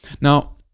Now